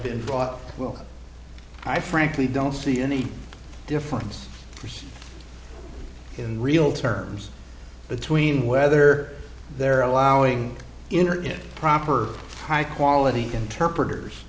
been brought well i frankly don't see any difference in real terms between whether they're allowing internet proper high quality interpreters